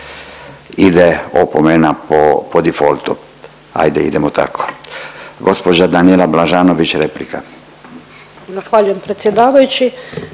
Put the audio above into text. ide opomena po difoltu. Ajde idemo tako. Gospođa Danijela Blažanović replika. **Blažanović,